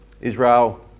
Israel